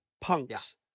punks